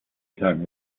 tongue